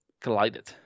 collided